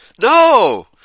No